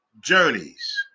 Journeys